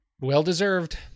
Well-deserved